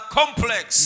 complex